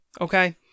okay